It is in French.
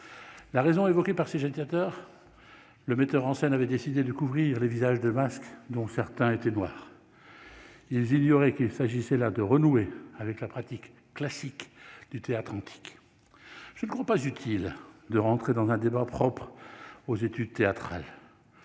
la raison évoquée par ces jeunes créateurs, le metteur en scène avait décidé de couvrir le visage de masques, dont certains étaient noirs, ils il y aurait, qu'il s'agissait là de renouer avec la pratique classique du théâtre antique, je ne crois pas utile de rentrer dans un débat propres aux études théâtrales,